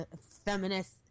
feminist